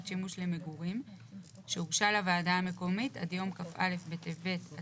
שימוש למגורים שהוגשה לוועדה המקומית עד יום כ"א בטבת,